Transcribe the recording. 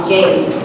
James